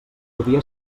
podia